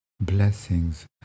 blessings